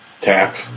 Tap